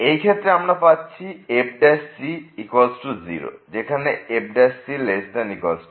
এই ক্ষেত্রে আমরা পাচ্ছি fc0 যেখানে fc≤0